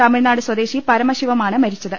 തമിഴ് നാട് സ്വദേശി പരമശിവം ആണ് മരിച്ചത്